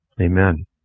Amen